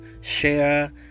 share